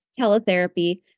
teletherapy